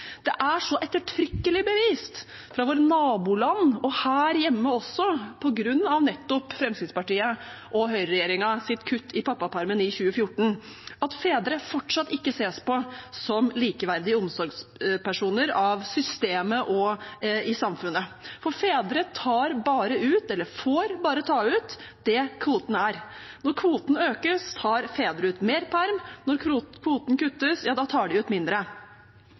Det er så ettertrykkelig bevist fra våre naboland og her hjemme også, nettopp på grunn av Fremskrittsparti–Høyre-regjeringens kutt i pappapermen i 2014, at fedre fortsatt ikke ses på som likeverdige omsorgspersoner av systemet og i samfunnet. Fedre tar bare ut eller får bare ta ut det kvoten er. Når kvoten økes, tar fedre ut mer perm. Når kvoten kuttes, tar de ut mindre.